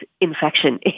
infection